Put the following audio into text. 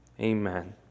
Amen